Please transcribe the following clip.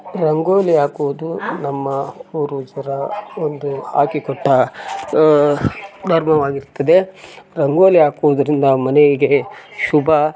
ರಂಗೋಲಿ ಹಾಕುವುದು ನಮ್ಮ ಪೂರ್ವಜರ ಒಂದು ಹಾಕಿಕೊಟ್ಟ ಧರ್ಮವಾಗಿರ್ತದೆ ರಂಗೋಲಿ ಹಾಕುವುದ್ರಿಂದ ಮನೇಗೆ ಶುಭ